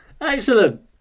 excellent